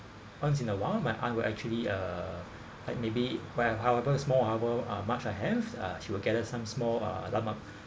once in a while my aunt will actually (uh)like maybe whatev~ however small amount much I have uh she will gather some small uh lump~